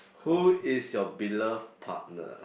who is your beloved partner